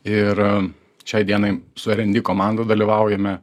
ir šiai dienai su r en d komanda dalyvaujame